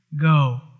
go